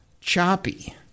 choppy